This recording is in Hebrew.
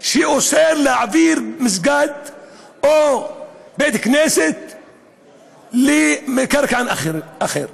שאוסר להעביר מסגד או בית-כנסת למקרקעין אחרים,